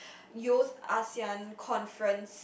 Youth Asean Conference